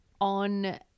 On